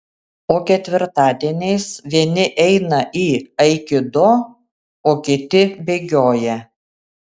o ketvirtadieniais vieni eina į aikido o kiti bėgioja